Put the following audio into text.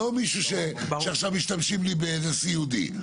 לא מישהו שעכשיו משתמשים לי באיזה סיעודי.